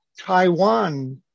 Taiwan